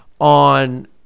on